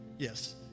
Yes